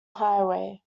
highway